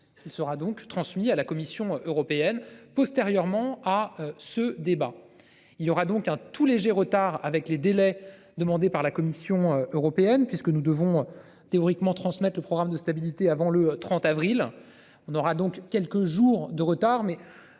Il sera donc transmis à la Commission européenne postérieurement à ce débat. Il y aura donc un tout léger retard avec les délais demandés par la Commission européenne, puisque nous devons théoriquement transmettre le programme de stabilité avant le 30 avril. On aura donc quelques jours de retard